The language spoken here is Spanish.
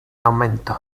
aumento